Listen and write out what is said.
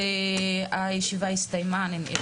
תודה רבה לכולם, הישיבה ננעלה.